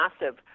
massive